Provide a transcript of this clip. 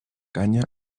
canya